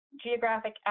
geographic